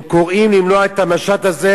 הם קוראים למנוע את המשט הזה.